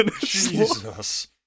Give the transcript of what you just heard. Jesus